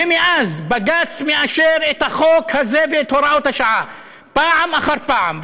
ומאז בג"ץ מאשר את החוק הזה ואת הוראות השעה פעם אחר פעם.